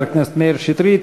תודה לחבר הכנסת מאיר שטרית.